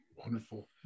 Wonderful